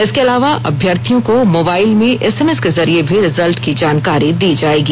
इसके अलावा अभ्यर्थियों को मोबाइल में एसएमएस के जरिये भी रिजल्ट की जानकारी दी जाएगी